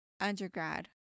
Undergrad